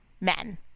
men